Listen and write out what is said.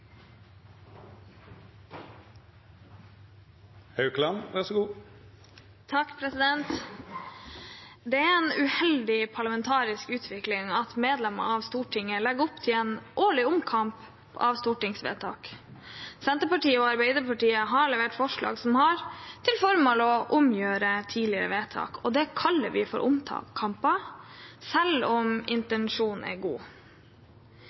en uheldig parlamentarisk utvikling at medlemmer av Stortinget legger opp til en årlig omkamp om stortingsvedtak. Senterpartiet og Arbeiderpartiet har levert forslag som har til formål å omgjøre tidligere vedtak, og det kaller vi omkamper, selv om intensjonen er god.